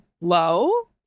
low